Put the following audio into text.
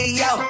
yo